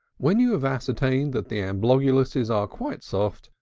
when you have ascertained that the amblongusses are quite soft,